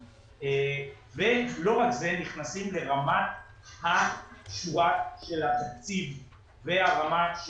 ולא רק זה אלא נכנסים לרמת השורה של התקציב והרמה,